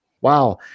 Wow